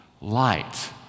light